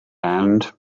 and